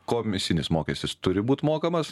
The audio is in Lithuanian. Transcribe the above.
komisinis mokestis turi būt mokamas